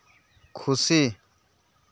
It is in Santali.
ᱠᱷᱩᱥᱤ